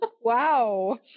Wow